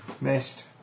missed